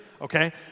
okay